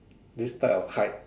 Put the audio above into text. this type of height